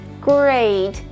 Great